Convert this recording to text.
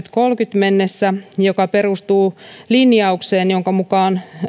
mennessä ja se perustuu linjaukseen jonka mukaan